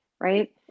right